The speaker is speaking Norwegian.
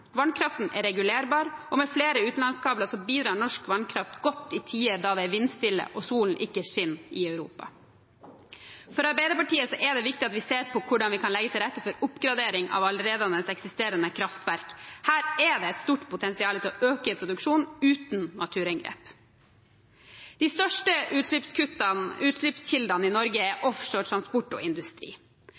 Vannkraften er regulerbar, og med flere utenlandskabler bidrar norsk vannkraft godt i tider når det er vindstille og solen ikke skinner i Europa. For Arbeiderpartiet er det viktig at vi ser på hvordan vi kan legge til rette for oppgradering av allerede eksisterende kraftverk. Her er det et stort potensial for å øke produksjonen uten naturinngrep. De største utslippskildene i Norge er offshore, transport og industri.